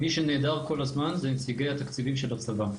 מי שנעדר כל הזמן זה נציגי התקציבים של הצבא,